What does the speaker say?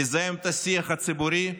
לזהם את השיח הציבורי,